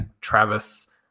Travis